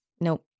Nope